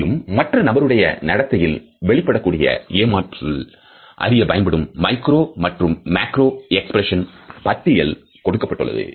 மேலும் மற்ற நபருடைய நடத்தையில் வெளிப்படக்கூடிய ஏமாற்றுதல் அறிய பயன்படும் மைக்ரோ மற்றும் மேக்ரோ எக்ஸ்பிரஷன் பட்டியல் கொடுக்கப்பட்டுள்ளது